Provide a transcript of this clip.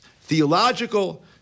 theological